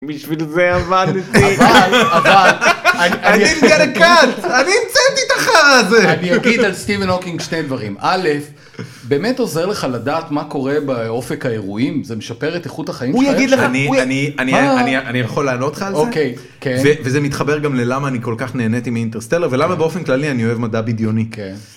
בשביל זה עבדתי, אבל, אבל אני המצאתי את החרא הזה, אני אגיד על סטיבן הוקינג שתי דברים, באמת עוזר לך לדעת מה קורה באופק האירועים, זה משפר את איכות החיים, הוא יגיד לך, אני יכול לענות לך על זה, אוקי... וזה מתחבר גם ללמה אני כל כך נהניתי מאינטר-סטלר ולמה באופן כללי אני אוהב מדע בדיוני. כן?